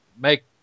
make